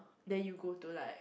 then you go to like